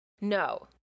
No